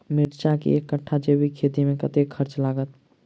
मिर्चा केँ एक कट्ठा जैविक खेती मे कतेक खर्च लागत?